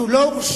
אז הוא לא הורשע,